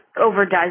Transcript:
overdoes